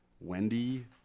Wendy